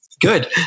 Good